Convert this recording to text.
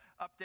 update